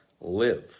live